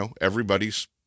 everybody's